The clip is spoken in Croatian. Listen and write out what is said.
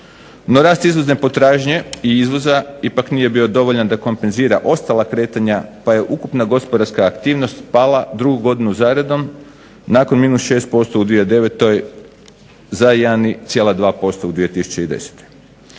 No rast izvozne potražnje i izvoza ipak nije bio dovoljan da kompenzira ostala kretanja pa je ukupna gospodarska aktivnost pala drugu godinu za redom nakon -6% u 2009. za 1,2% u 2010.